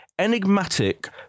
Enigmatic